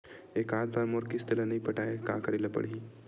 एकात बार मोर किस्त ला नई पटाय का करे ला पड़ही?